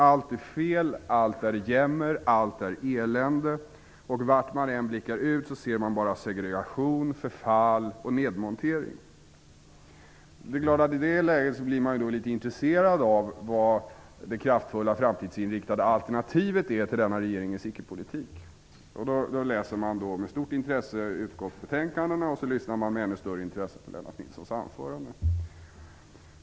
Allt är fel, allt är jämmer, allt är elände. Vart man än blickar ser man bara segregation, förfall och nedmontering. Det är klart att man i detta läge blir litet intresserad av vilket det kraftfulla framtidsinriktade alternativet till regeringens icke-politik är. Man läser utskottsbetänkandena med stort intresse och lyssnar med ännu större intresse på Lennart Nilssons anförande.